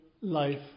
life